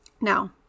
Now